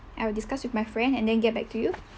I will discuss with my friend and then get back to you